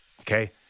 okay